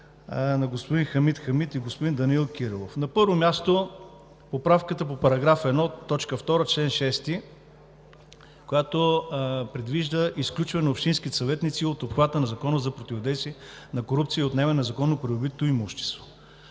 на господин Хамид Хамид и господин Данаил Кирилов. На първо място, поправката по § 1 – в чл. 6, ал. 1, т. 2, предвижда изключване на общинските съветници от обхвата на Закона противодействие на корупцията и за отнемане на незаконно придобитото имущество.